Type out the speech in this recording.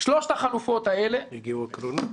הגיעו הקרונות?